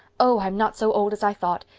oh, i'm not so old as i thought.